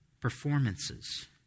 performances